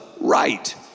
right